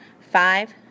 five